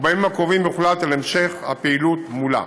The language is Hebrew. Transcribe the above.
ובימים הקרובים יוחלט על המשך הפעילות מולה.